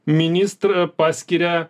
ministrą paskiria